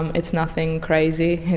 and it's nothing crazy.